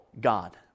God